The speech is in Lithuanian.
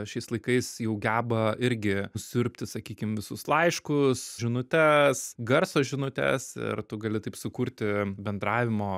šiais laikais jau geba irgi siurbti sakykim visus laiškus žinutes garso žinutes ir tu gali taip sukurti bendravimo